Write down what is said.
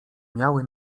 miały